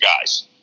guys